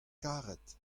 karet